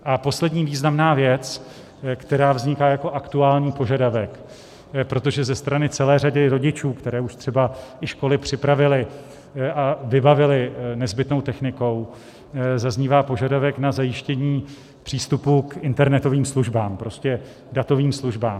A poslední významná věc, která vzniká jako aktuální požadavek, protože ze strany celé řady rodičů, které už třeba i školy připravily a vybavili nezbytnou technikou, zaznívá požadavek na zajištění přístupu k internetovým službám, prostě datovým službám.